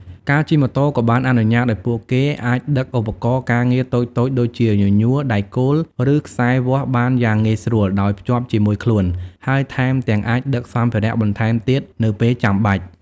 ការជិះម៉ូតូក៏បានអនុញ្ញាតឱ្យពួកគេអាចដឹកឧបករណ៍ការងារតូចៗដូចជាញញួរ ដែកគោល ឬខ្សែវាស់បានយ៉ាងងាយស្រួលដោយភ្ជាប់ជាមួយខ្លួន ហើយថែមទាំងអាចដឹកសម្ភារៈបន្ថែមទៀតនៅពេលចាំបាច់។